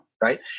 right